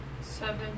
Seven